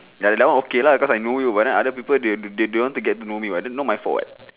ya that one okay lah cause I know you but then other people they they don't want to get to know me [what] not my fault [what]